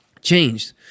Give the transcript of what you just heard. changed